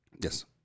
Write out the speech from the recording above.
Yes